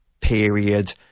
period